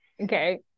Okay